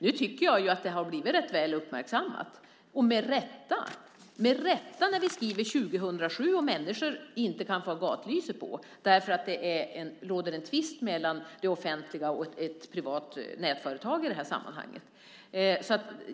Nu tycker jag ju att det här har uppmärksammats rätt väl, och det med rätta, när vi skriver 2007 och människor inte kan ha gatubelysningen på, eftersom det råder en tvist mellan det offentliga och ett privat nätföretag.